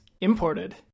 Imported